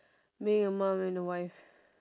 being a mum and a wife